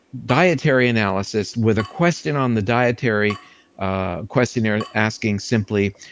dietary analysis with a question on the dietary ah question yeah and asking simply,